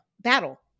battle